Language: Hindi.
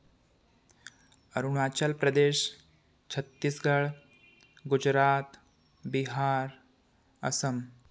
अरुणाचल प्रदेश छत्तीसगढ़ बिहार असम बंगाल